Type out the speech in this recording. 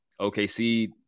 OKC